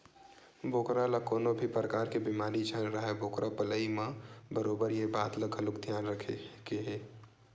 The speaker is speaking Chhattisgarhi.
बोकरा ल कोनो भी परकार के बेमारी झन राहय बोकरा पलई म बरोबर ये बात ल घलोक धियान रखे के हे